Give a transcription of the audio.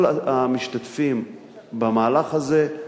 כל המשתתפים במהלך הזה הם